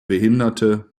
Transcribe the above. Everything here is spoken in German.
behinderte